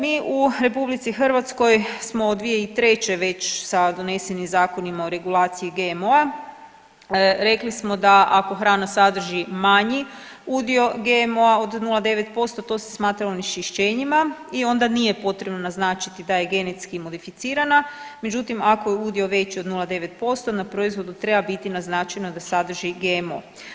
Mi u RH smo od 2003. već sa donesenim zakonima o regulaciji GMO-a, rekli smo da ako hrana sadrži manji udio GMO-a od 0,9%, to se smatra onečišćenjima i onda nije potrebno naznačiti da je genetski modificirana, međutim, ako je udio veći od 0,9% na proizvodu treba biti naznačeno da sadrži GMO.